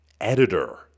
editor